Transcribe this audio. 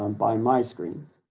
um by my screen